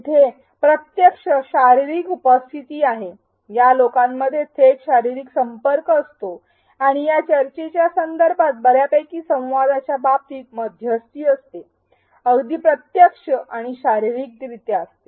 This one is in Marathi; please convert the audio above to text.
तिथे प्रत्यक्ष शारीरिक उपस्थिती आहे या लोकांमध्ये थेट शारीरिक संपर्क असतो आणि या चर्चेच्या संदर्भात बर्यापैकी संवादाच्या बाबतीत मध्यस्ती असते अगदी प्रत्यक्ष आणि शारीरिक रित्या असते